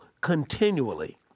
continually